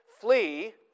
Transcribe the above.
flee